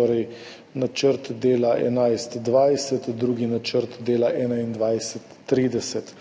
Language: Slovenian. torej načrt dela 2011–2020, drugi načrt dela 2021–2030.